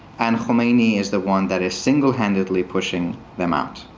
and khomeini is the one that is single-handedly pushing them out.